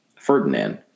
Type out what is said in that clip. Ferdinand